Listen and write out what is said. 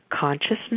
consciousness